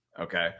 Okay